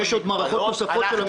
יש עוד מערכות נוספות של המדינה.